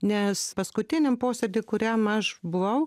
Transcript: nes paskutiniam posėdy kuriam aš buvau